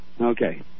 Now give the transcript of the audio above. Okay